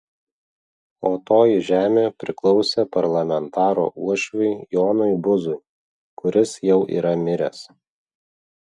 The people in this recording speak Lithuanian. o toji žemė priklausė parlamentaro uošviui jonui buzui kuris jau yra miręs